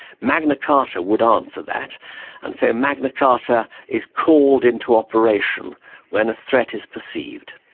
magna carter would answer that and say magna carta is called into operation when a threat is perceived.